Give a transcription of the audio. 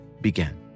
began